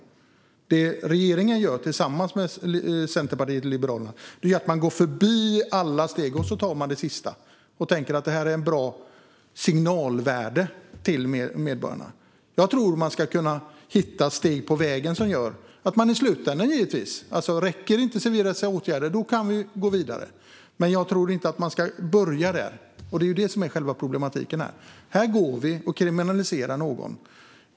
Det regeringen gör tillsammans med Centerpartiet och Liberalerna är att gå förbi alla steg och ta det sista eftersom det har ett högt signalvärde. Låt oss först ta de andra stegen på vägen. Om de civilrättsliga åtgärderna inte räcker kan vi gå vidare, men låt oss inte börja där. Det är problematiskt.